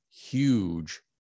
huge